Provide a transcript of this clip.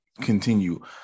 continue